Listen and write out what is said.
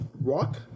Rock